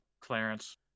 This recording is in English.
Clarence